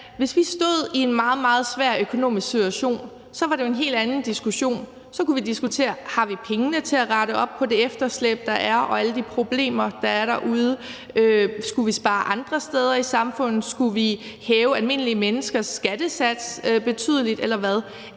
Hvis vi stod i en meget, meget svær økonomisk situation, var det jo en helt anden diskussion. Så kunne vi diskutere: Har vi pengene til at rette op på det efterslæb, der er, og alle de problemer, der er derude? Skulle vi spare andre steder i samfundet? Skulle vi hæve almindelige menneskers skattesats betydeligt, eller hvad